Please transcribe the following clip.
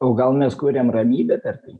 o gal mes kūriam ramybę per tai